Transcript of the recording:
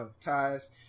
ties